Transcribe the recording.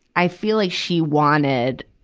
i feel like she wanted,